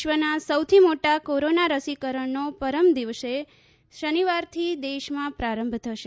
વિશ્વના સૌથી મોટા કોરોના રસીકરણનો પરમ દિવસે શનિવારથી દેશમાં પ્રારંભ થશે